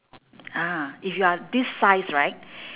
ah if you are this size right